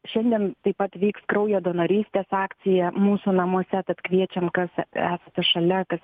šiandien taip pat vyks kraujo donorystės akcija mūsų namuose tad kviečiam kas esate šalia kas